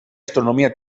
astronomia